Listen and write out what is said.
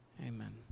Amen